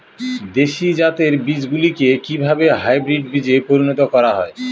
দেশি জাতের বীজগুলিকে কিভাবে হাইব্রিড বীজে পরিণত করা হয়?